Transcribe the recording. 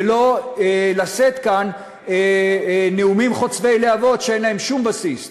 ולא לשאת כאן נאומים חוצבי להבות שאין להם שום בסיס.